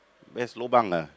best lobang ah